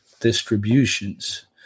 distributions